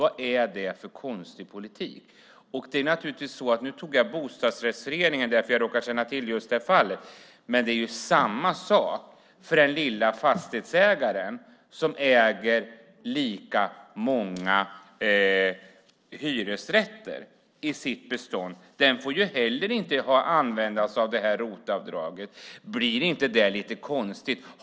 Vad är det för konstig politik? Nu tog jag bostadsrättsföreningen som exempel eftersom jag råkar känna till det fallet. Samma sak gäller för den som äger en fastighet med lika många hyresrätter i sitt bestånd. Den får inte heller använda sig av ROT-avdraget. Blir det inte lite konstigt?